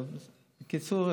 בקיצור,